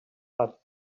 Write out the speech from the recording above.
but